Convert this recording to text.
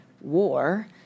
war